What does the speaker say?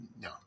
no